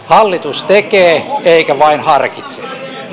hallitus tekee eikä vain harkitse